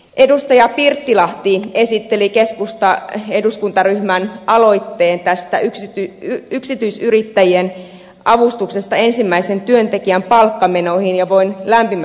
edustaja pirttilahti esitteli keskustan eduskuntaryhmän aloitteen tästä yksityisyrittäjien avustuksesta ensimmäisen työntekijän palkkamenoihin ja voin lämpimästi sitä kannustaa